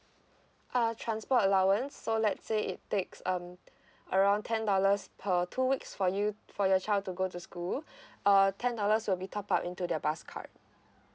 uh transport allowance so let's say it takes um around ten dollars per two weeks for you for your child to go to school uh ten dollars will be top up into their bus card